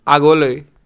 আগলৈ